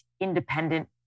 independent